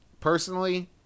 personally